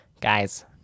guys